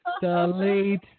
delete